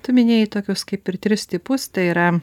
tu minėjai tokius kaip ir tris tipus tai yra